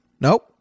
Nope